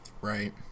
Right